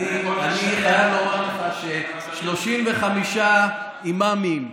אני חייב לומר לך ש-35 אימאמים,